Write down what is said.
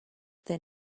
then